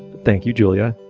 thank you, julia.